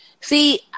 See